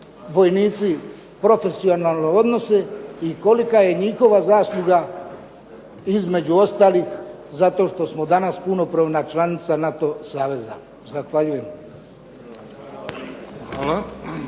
vojnici profesionalno odnose i kolika je njihova zasluga između ostalih zato što smo danas punopravna članica NATO saveza. Zahvaljujem.